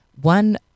One